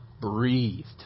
breathed